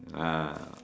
ah